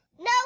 No